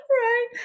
right